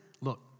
look